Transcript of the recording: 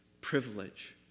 privilege